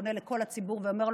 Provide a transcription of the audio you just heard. שפונה לכל הציבור ואומר,